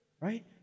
right